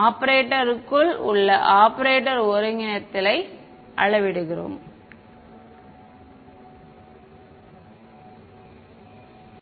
ஆபரேட்டருக்குள் உள்ள ஆபரேட்டர் ஒருங்கிணைத்தலை அளவிடுகிறோம்